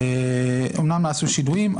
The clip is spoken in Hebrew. אומנם נעשו שינויים,